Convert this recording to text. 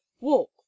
walk